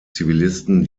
zivilisten